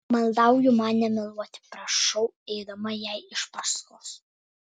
maldauju man nemeluoti prašau eidama jai iš paskos